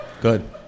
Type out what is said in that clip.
Good